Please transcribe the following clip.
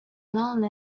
long